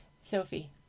Sophie